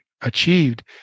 achieved